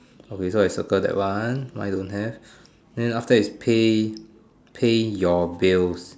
okay so I circle that one mine don't have then after that is pay pay your bills